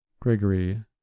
Gregory